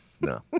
No